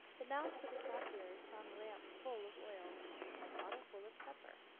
the mouse with the cropped ears found a lamp full of oil and a bottle full of pepper.